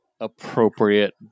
appropriate